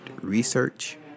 research